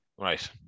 Right